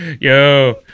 yo